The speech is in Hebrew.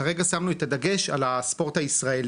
כרגע שמנו את הדגש על הספורט הישראלי,